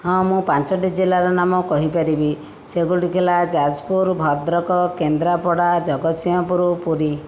ହଁ ମୁଁ ପାଞ୍ଚୋଟି ଜିଲ୍ଲାର ନାମ କହିପାରିବି ସେଗୁଡ଼ିକ ହେଲା ଯାଜପୁର ଭଦ୍ରକ କେନ୍ଦ୍ରାପଡ଼ା ଜଗତସିଂହପୁର ପୁରୀ